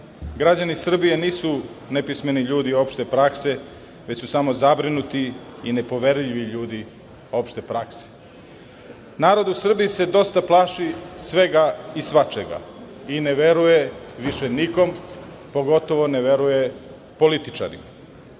građani Srbije nisu nepismeni ljudi opšte prakse već su samo zabrinuti i nepoverljivi ljudi opšte prakse. Narod u Srbiji se dosta plaši svega i svačega i ne veruje više nikom, pogotovo ne veruje političarima.